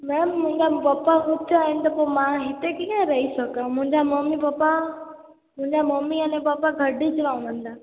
ma'am मुंहिंजा papa हुते आहिनि त मां हिते कीअं रही सघां मुंहिंजा मम्मी पपा मुंहिंजा मम्मी अने पपा गॾु जो वेंदा